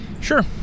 sure